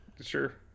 Sure